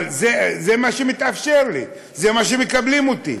אבל זה מה שמתאפשר לי, לזה מקבלים אותי.